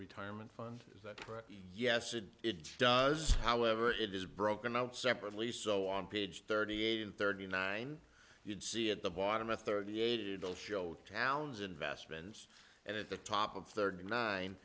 retirement fund is that yes it does however it is broken out separately so on page thirty eight and thirty nine you'd see at the bottom a thirty eight it'll show towns investments and at the top of thirty nine